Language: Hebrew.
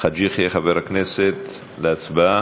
חבר הכנסת חאג' יחיא להצבעה.